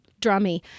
drummy